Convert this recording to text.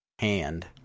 Hand